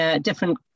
different